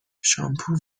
شامپو